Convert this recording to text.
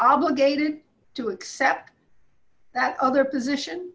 obligated to accept that other position